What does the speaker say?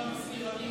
אדוני המזכיר,